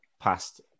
past